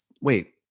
Wait